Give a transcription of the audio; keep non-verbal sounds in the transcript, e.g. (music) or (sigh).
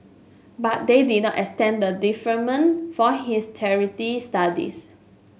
but they did not extend the deferment for his (unintelligible) studies